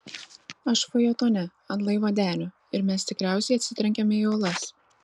aš fajetone ant laivo denio ir mes tikriausiai atsitrenkėme į uolas